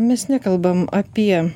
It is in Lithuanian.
mes nekalbam apie